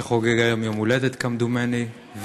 שחוגג היום יום-הולדת, כמדומני.